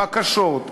בקשות,